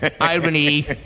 Irony